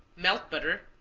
melt butter,